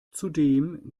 zudem